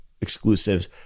exclusives